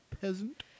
peasant